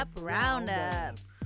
Roundups